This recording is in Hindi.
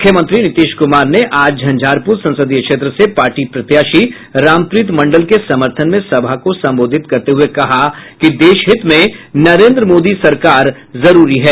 मुख्यमंत्री नीतीश कुमार ने आज झंझारपुर संसदीय क्षेत्र से पार्टी प्रत्याशी रामप्रीत मंडल के समर्थन में सभा को संबोधित करते हुए कहा कि देशहित में नरेन्द्र मोदी सरकार जरूरी है